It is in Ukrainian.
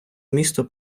місто